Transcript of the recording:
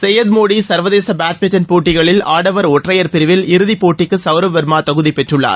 சையத் மோடி சர்வதேச பேட்மிண்டன் போட்டிகளில் ஆடவர் ஒற்றையர் பிரிவில் இறுதிப்போட்டிக்கு சவ்ரப் வர்மா தகுதி பெற்றுள்ளார்